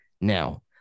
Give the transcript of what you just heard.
Now